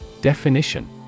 Definition